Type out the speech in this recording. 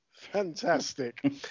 fantastic